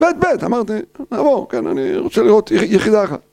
פרק ב', אמרתי, עבור, כן, אני רוצה לראות יחידה אחת.